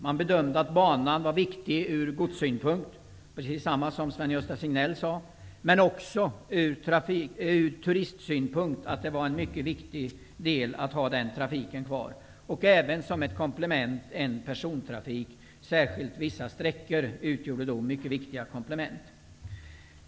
Man bedömde att banan var viktig ur godssynpunkt, precis som Sven-Gösta Signell sade, men det var också ur turistsynpunkt mycket viktigt att ha den trafiken kvar. Som ett komplement var även en persontrafik betydelsefull. Särskilt på vissa sträckor utgjorde den ett mycket viktigt komplement.